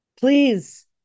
please